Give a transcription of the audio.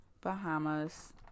Bahamas